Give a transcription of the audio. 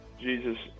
Jesus